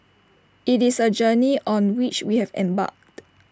IT is A journey on which we have embarked